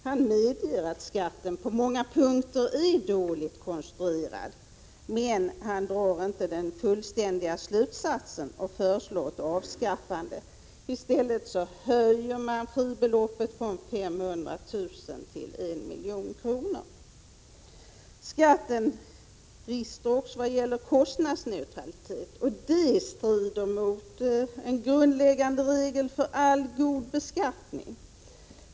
Han medger att skatten på många punkter är dåligt konstruerad, men han drar inte den fullständiga slutsatsen och föreslår ett avskaffande. I stället höjer man fribeloppet från 500 000 till 1 milj.kr. Skatten brister också vad gäller kostnadsneutralitet, och det strider mot en grundläggande regel för all god beskattning.